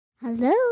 Hello